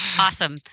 Awesome